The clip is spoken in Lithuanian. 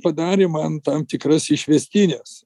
padarė man tam tikras išvestines